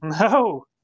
No